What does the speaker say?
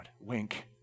Wink